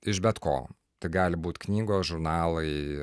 iš bet ko tai gali būti knygos žurnalai